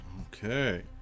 okay